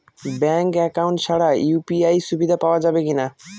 Bank account ছাড়া UPI সুবিধা পাওয়া যাবে কি না?